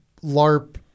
LARP